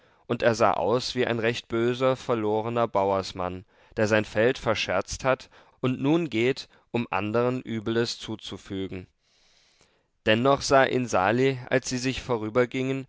und er sah aus wie ein recht böser verlorener bauersmann der sein feld verscherzt hat und nun geht um andern übles zuzufügen dennoch sah ihn sali als sie sich vorübergingen